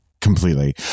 Completely